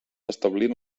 establint